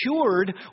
cured